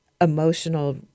emotional